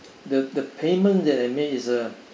the the payment that I made is a